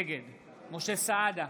משה סעדה,